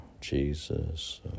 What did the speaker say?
Jesus